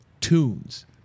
tunes